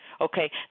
okay